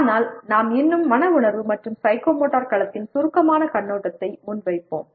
ஆனால் நாம் இன்னும் மன உணர்வு மற்றும் சைக்கோமோட்டர் களத்தின் சுருக்கமான கண்ணோட்டத்தை முன்வைப்போம்